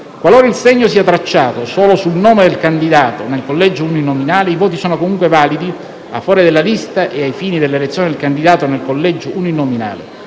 Qualora il segno sia tracciato solo sul nome del candidato nel collegio uninominale, i voti sono comunque validi a favore della lista e ai fini dell'elezione del candidato nel collegio uninominale;